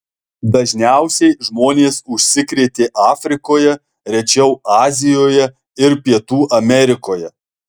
dažniausiai žmonės užsikrėtė afrikoje rečiau azijoje ir pietų amerikoje